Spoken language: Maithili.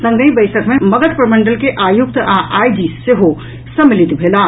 संगहि बैसक मे मगध प्रमंडल के आयुक्त आ आईजी सेहो सम्मलित भेलाह